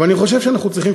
אבל אני חושב שאנחנו צריכים,